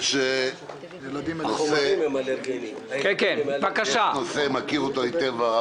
יש נושא שמכיר אותו היטב חבר